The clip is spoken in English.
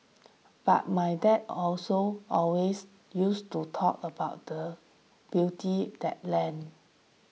but my dad also always used to talk about the beauty that land